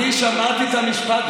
אני שמעתי את המשפט.